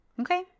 Okay